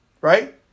right